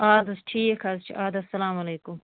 اَدٕ حظ ٹھیٖک حظ چھِ اَدٕ حظ السلام علیکُم